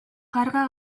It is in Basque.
karga